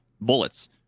bullets